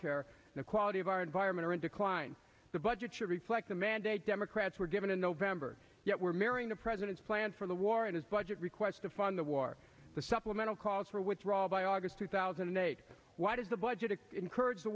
care and quality of our environment are in decline the budget should reflect the mandate democrats were given in november yet were mirroring the president's plan for the war in his budget request to fund the war the supplemental calls for withdrawal by august two thousand and eight why does the budget encourage the